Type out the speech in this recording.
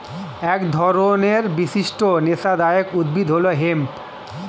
এক ধরনের বিশিষ্ট নেশাদায়ক উদ্ভিদ হল হেম্প